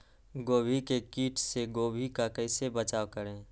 गोभी के किट से गोभी का कैसे बचाव करें?